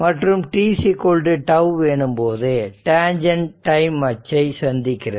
மற்றும் t τ எனும்போது tangent time அச்சை சந்திக்கிறது